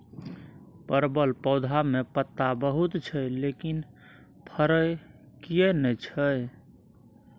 परवल पौधा में पत्ता बहुत छै लेकिन फरय किये नय छै?